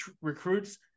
recruits